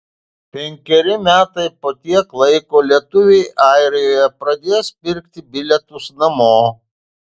penkeri metai po tiek laiko lietuviai airijoje pradės pirkti bilietus namo